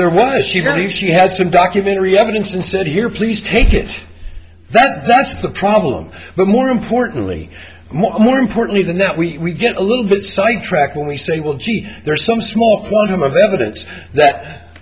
there was you know if she had some documentary evidence and said here please take it that that's the problem but more importantly more importantly than that we get a little bit sidetracked when we say well gee there's some small quantum of evidence that